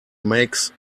makes